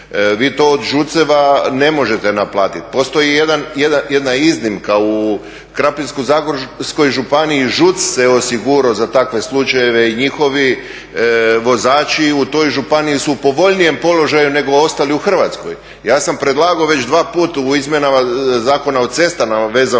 Vi to od ŽUC-eva ne možete naplatiti. Postoji jedna iznimka u Krapinsko-zagorskoj županiji ŽUC se osigurao za takve slučajeve i njihovi vozači u toj županiji su u povoljnijem položaju nego ostali u Hrvatskoj. Ja sam predlagao već dva puta u izmjenama Zakona o cestama vezano